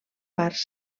parts